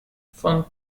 von